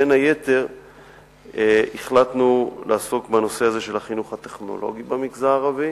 בין היתר החלטנו לעסוק בנושא הזה של החינוך הטכנולוגי במגזר הערבי.